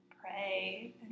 pray